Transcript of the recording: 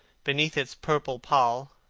beneath its purple pall,